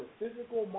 physical